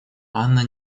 анна